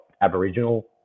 aboriginal